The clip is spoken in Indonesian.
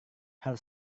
hal